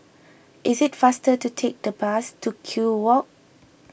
is it faster to take the bus to Kew Walk